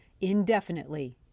indefinitely